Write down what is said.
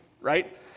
Right